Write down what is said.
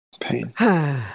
pain